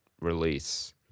release